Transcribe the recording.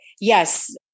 Yes